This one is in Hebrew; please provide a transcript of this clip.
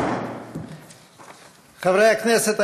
חברי הכנסת,